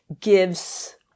gives